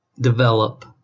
develop